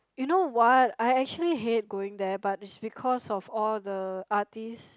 you know what I actually hate going there but it's because of all the artists